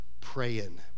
praying